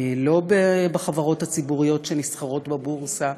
לא בחברות הציבוריות שנסחרות בבורסה,